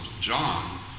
John